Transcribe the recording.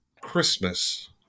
Christmas